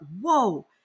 whoa